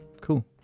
cool